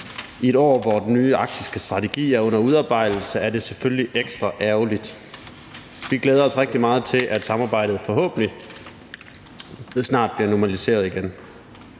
I et år, hvor den nye arktiske strategi er under udarbejdelse, er det selvfølgelig ekstra ærgerligt. Vi glæder os rigtig meget til, at samarbejdet forhåbentlig snart bliver normaliseret igen.